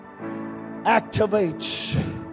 activates